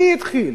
מי התחיל?